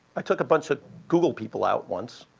i took a bunch of google people out once,